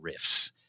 riffs